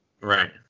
right